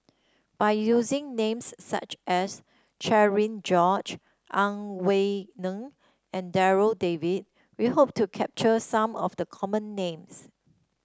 by using names such as Cherian George Ang Wei Neng and Darryl David we hope to capture some of the common names